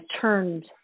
turned